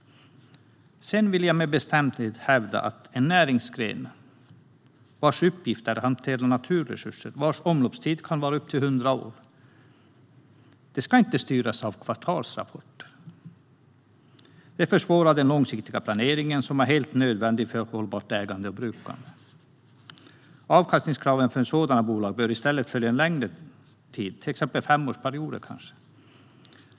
Sedan vill jag med bestämdhet hävda att en näringsgren som har till uppgift att hantera naturresurser vars omloppstid kan vara upp till 100 år inte ska styras av kvartalsrapporter. Det försvårar den långsiktiga planering som är helt nödvändig för ett hållbart ägande och brukande. Avkastningskraven för sådana bolag bör i stället följa en längre tid, till exempel femårsperioder.